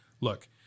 look